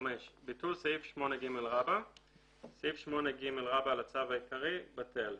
"ביטול סעיף 8ג 5. סעיף 8ג לצו העיקרי, בטל."